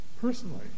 personally